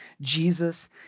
Jesus